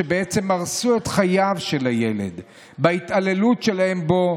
שבעצם הרסו את חייו של הילד בהתעללות שלהם בו,